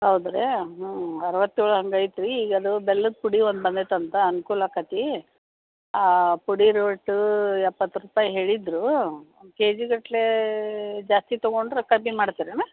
ಹೌದ್ರಾ ಹ್ಞೂ ಅರವತ್ತೇಳು ಹಂಗೈತ್ರಿ ಈಗ ಅದು ಬೆಲ್ಲದ ಪುಡಿ ಒಂದು ಬಂದೈತೆ ಅಂತ ಅನುಕೂಲ ಆಗತಿ ಆ ಪುಡಿ ರೇಟೂ ಎಪ್ಪತ್ತು ರೂಪಾಯಿ ಹೇಳಿದರು ಕೆಜಿಗಟ್ಟಲೆ ಜಾಸ್ತಿ ತಗೊಂಡರೆ ಕಡ್ಮೇ ಮಾಡ್ತಾರೇನು